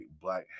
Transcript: black